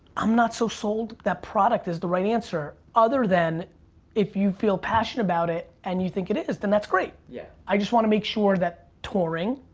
i'm not so sold that product is the right answer, other than if you feel passionate about it and you think it is. then that's great, yeah i just wanna make sure that touring,